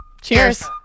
Cheers